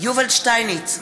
יובל שטייניץ,